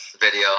video